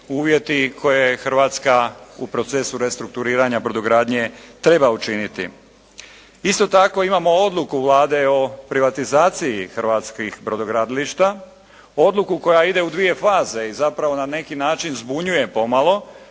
uvjeti koje Hrvatska u procesu restrukturiranja brodogradnje treba učiniti. Isto tako, imamo odluku Vlade o privatizaciji hrvatskih brodogradilišta, odluku koja ide u dvije faze i zapravo na neki način zbunjuje pomalo